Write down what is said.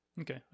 Okay